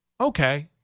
okay